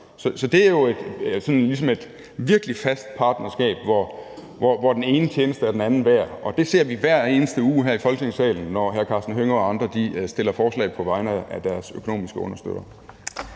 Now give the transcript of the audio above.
sådan ligesom et virkelig fast partnerskab, hvor den ene tjeneste er den anden værd, og det ser vi hver eneste uge her i Folketingssalen, når hr. Karsten Hønge og andre fremsætter forslag på vegne af deres økonomiske understøtter.